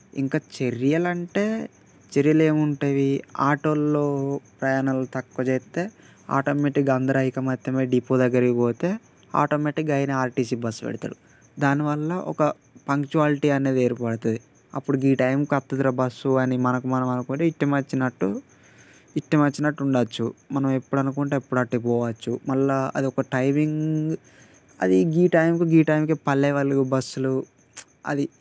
ఇంకా చర్యలు అంటే చర్యలు ఏముంటుంది ఆటోలలో ప్రయాణాలు తక్కువ చేస్తే ఆటోమేటిక్గా అందరు ఐకమత్యమై డిపో దగ్గరకి పోతే ఆటోమేటిక్గా ఆయనే ఆర్టీసీ బస్సు పెడతాడు దానివల్ల ఒక పంక్చువాలిటీ అనేది ఏర్పడతుంది అప్పుడు ఈ టైంకి వస్తాదిరా బస్సు అని మనకు మనం అనుకొని ఇష్టం వచ్చినట్టు ఇష్టం వచ్చినట్టు ఉండచ్చు మనం ఎప్పుడు అనుకుంటే అప్పుడు అటు పోవచ్చు మళ్ళా అదొక టైమింగ్ అది ఈ టైంకి ఈ టైంకి పల్లె వాళ్ళకు బస్సులు అది